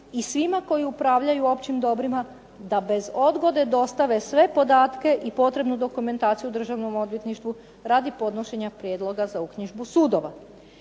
i svima koji upravljaju općim dobrima da bez odgode dostave sve podatke i potrebnu dokumentaciju Državnom odvjetništvu radi podnošenja prijedloga za uknjižbu sudova".